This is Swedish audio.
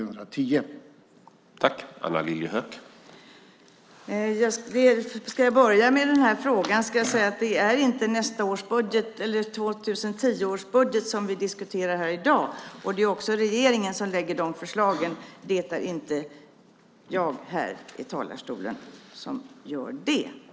Du kan ge ett klart besked i dag.